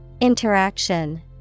Interaction